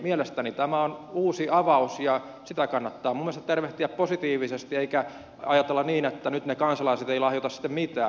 mielestäni tämä on uusi avaus ja sitä kannattaa minun mielestäni tervehtiä positiivisesti eikä ajatella niin että nyt ne kansalaiset eivät lahjoita sitten mitään